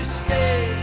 stay